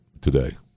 today